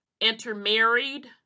intermarried